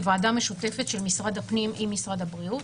ועדה משותפת של משרד הפנים עם משרד הבריאות,